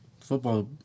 football